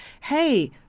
hey